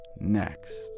next